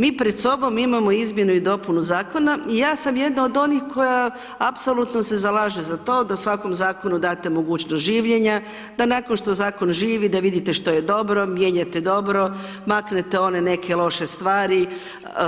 Mi pred sobom imamo Izmjenu i dopunu Zakona i ja sam jedna od onih koja apsolutno se zalaže za to da svakom Zakonu date mogućnost življenja, da nakon što Zakon živi, da vidite što je dobro, mijenjate dobro, maknete one neke loše stvari,